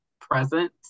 present